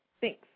thanks